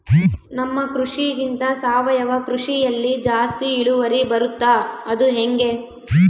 ನಮ್ಮ ಕೃಷಿಗಿಂತ ಸಾವಯವ ಕೃಷಿಯಲ್ಲಿ ಜಾಸ್ತಿ ಇಳುವರಿ ಬರುತ್ತಾ ಅದು ಹೆಂಗೆ?